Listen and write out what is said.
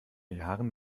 jahren